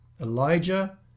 Elijah